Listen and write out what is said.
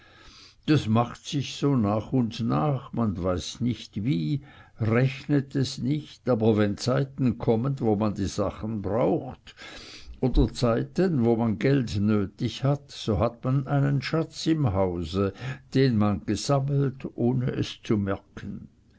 das macht sich so nach und nach man weiß nicht wie rechnet es nicht aber wenn zeiten kommen wo man die sachen braucht oder zeiten wo man geld nötig hat so hat man einen schatz im hause den man gesammelt ohne es zu merken